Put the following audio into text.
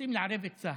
שרוצים לערב את צה"ל.